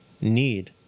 need